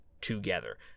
together